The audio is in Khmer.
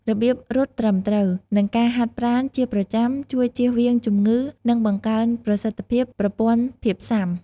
របៀបរត់ត្រឹមត្រូវ និងការហាត់ប្រាណជាប្រចាំជួយជៀសវាងជំងឺ និងបង្កើនប្រសិទ្ធភាពប្រព័ន្ធភាពសុាំ។